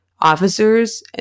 officers